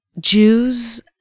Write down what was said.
Jews